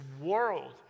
world